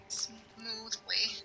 smoothly